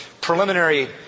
preliminary